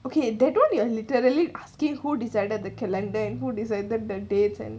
okay that one you are literally asking who decided the calendar then who decided the dates and all